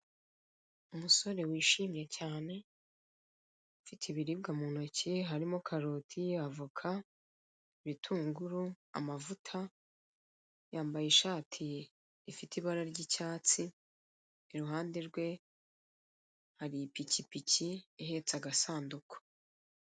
Umusore wishimye cyane ufite ibiribwa mu ntoki, harimo karoti, avoka, ibitunguru, amavuta, yambaye ishati ifite ibara ry'icyatsi iruhande rwe hari ipikipiki ihetse agasanduku.